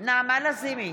נעמה לזימי,